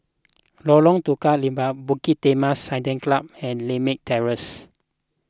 Lorong Tukang Lima Bukit Timah Saddle Club and Lakme Terrace